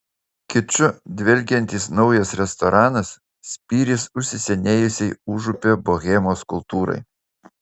kiču dvelkiantis naujas restoranas spyris užsisenėjusiai užupio bohemos kultūrai